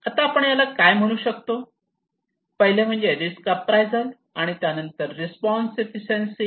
आता आपण याला काय म्हणू शकतो तर पहिले म्हणजे रिस्क अँप्रायझल आणि नंतर रिस्पॉन्स एफिशियन्सी